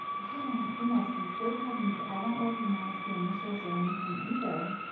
oh, my goodness. these third cousins, i don't recognize the initials or anything either.